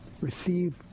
receive